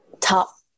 top